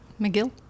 McGill